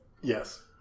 Yes